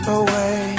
away